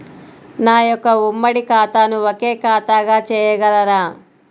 నా యొక్క ఉమ్మడి ఖాతాను ఒకే ఖాతాగా చేయగలరా?